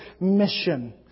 mission